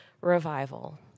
Revival